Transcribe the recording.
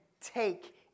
take